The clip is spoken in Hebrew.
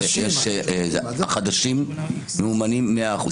החדשים ממומנים מאה אחוז.